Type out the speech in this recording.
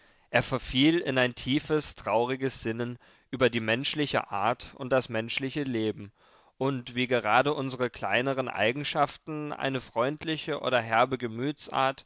er verfiel in ein tiefes trauriges sinnen über die menschliche art und das menschliche leben und wie gerade unsere kleineren eigenschaften eine freundliche oder herbe